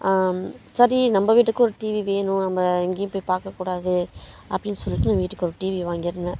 சரி நம்ம வீட்டுக்கும் ஒரு டிவி வேணும் நம்ம எங்கேயும் போய் பார்க்க கூடாது அப்படினு சொல்லிட்டு வீட்டுக்கு ஒரு டிவி வாங்கியிருந்தேன்